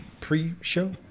pre-show